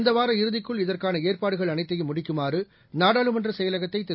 இந்தவார இறுதிக்குள் இதற்கானஏற்பாடுகள் அனைத்தையும் முடிக்குமாறுநாடாளுமன்றசெயலகத்தைதிரு